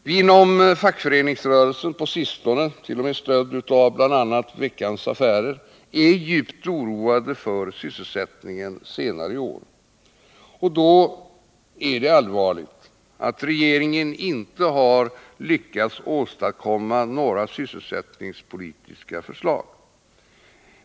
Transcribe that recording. Vi inom fackföreningsrörelsen — på sistone t.o.m. stödda av bl.a. Veckans Affärer — är djupt oroade för sysselsättningen senare i år. Då är det allvarligt att regeringen inte har lyckats åstadkomma några sysselsättningspolitiska förslag.